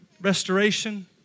restoration